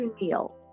meal